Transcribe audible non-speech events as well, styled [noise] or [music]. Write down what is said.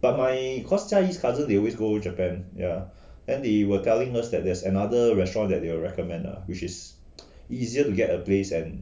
but mine cause jiayi cousin they always go japan ya then they were telling us that there's another restaurant they will recommend which is [noise] easier to get a place and